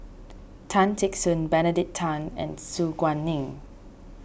Tan Teck Soon Benedict Tan and Su Guaning